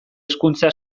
hezkuntza